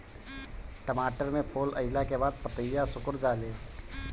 टमाटर में फूल अईला के बाद पतईया सुकुर जाले?